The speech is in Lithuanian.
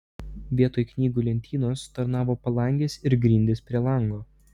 vietoj knygų lentynos tarnavo palangės ir grindys prie lango